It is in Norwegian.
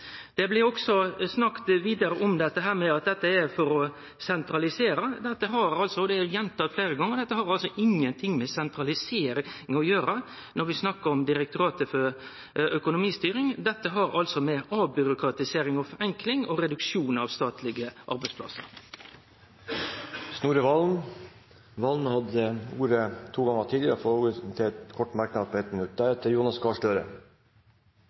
Det blir vidare snakka om at dette er for å sentralisere. Dette har – det har eg gjentatt fleire gonger – ingen ting med sentralisering å gjere, når vi snakkar om Direktoratet for økonomistyring. Dette har med avbyråkratisering, forenkling og reduksjon av statlege arbeidsplassar å gjere. Representanten Snorre Serigstad Valen har hatt ordet to ganger tidligere og får ordet til en kort merknad, begrenset til 1 minutt.